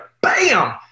BAM